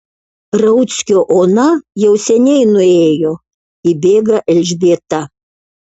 rauckio ona jau seniai nuėjo įbėga elžbieta